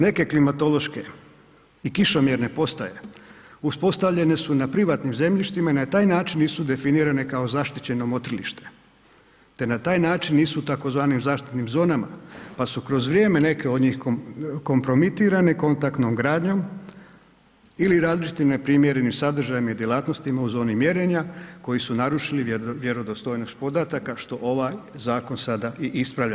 Neke klimatološke i kišomjerne postaje, uspostavljene su na privatnim zemljištima i na taj način nisu definirane kao zaštićeno motrilište te na taj način nisu u tzv. zaštitnim zonama, pa su kroz vrijeme neke od njih kompromitirane kontaktnom gradnjom ili različitim neprimjerenim sadržajima i djelatnostima u zoni mjerenja koji su narušili vjerodostojnost podataka što ovaj zakon sada i ispravlja.